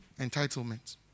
entitlement